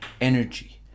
energy